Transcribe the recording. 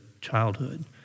childhood